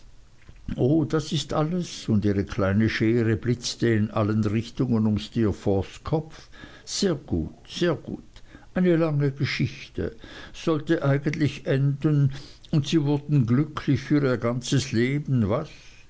o das ist alles und ihre kleine schere blitzte in allen richtungen um steerforths kopf sehr sehr gut eine lange geschichte sollte eigentlich enden und sie wurden glücklich für ihr ganzes leben was